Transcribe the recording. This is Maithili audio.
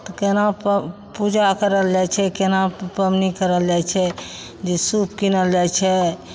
तऽ केना पूजा करल जाइ छै केना पबनी करल जाइ छै जे सूप कीनल जाइ छै